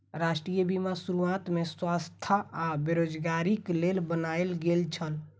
राष्ट्रीय बीमा शुरुआत में अस्वस्थता आ बेरोज़गारीक लेल बनायल गेल छल